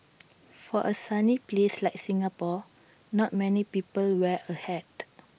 for A sunny place like Singapore not many people wear A hat